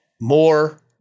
more